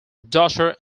daughter